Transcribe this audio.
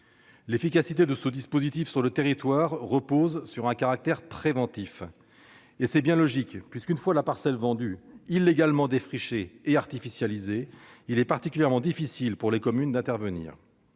L'efficacité de ce dispositif sur le territoire repose sur son caractère préventif. C'est bien logique, puisque, une fois la parcelle vendue, illégalement défrichée et artificialisée, il est particulièrement difficile pour les communes d'intervenir.